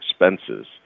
expenses